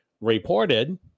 reported